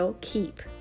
Keep